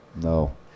No